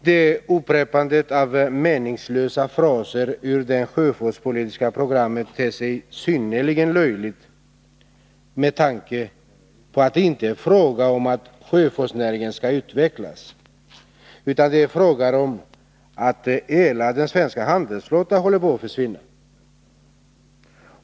Det upprepandet av meningslösa fraser ur det sjöfartspolitiska programmet ter sig synnerligen löjligt med tanke på att det inte är fråga om att ”sjöfartsnäringen skall kunna utvecklas”, utan att det är fråga om att hela den svenska handelsflottan håller på att försvinna.